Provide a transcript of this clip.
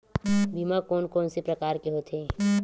बीमा कोन कोन से प्रकार के होथे?